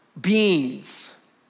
beings